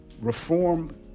reform